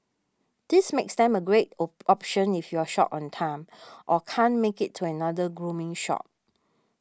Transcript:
this makes them a great opt option if you're short on time or can't make it to another grooming shop